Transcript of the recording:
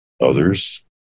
Others